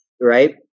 right